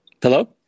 Hello